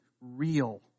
real